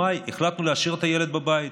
במאי החלטנו להשאיר את הילד בבית,